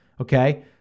Okay